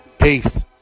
Peace